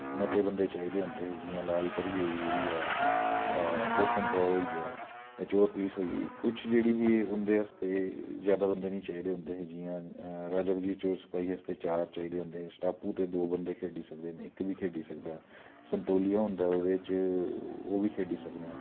मते बंदे चाहिदे होंदे हे जियां लाल परी होइया चोर पलीस ही ते कुछ जेह्ड़ी उंदे आस्तै जादै बंदे निं चाहिदे होंदे हे जियां राजा बजीर ते चोर आस्तै चार बंदे चाहिदे होंदे हे स्टापू ते दौ बंदे बी खेढ़ी सकदे ते इक्क बंदा बी खेढ़ी सकदा संतोलिया होंदा ओह्दे च ओह्बी खेढ़ी सकदे न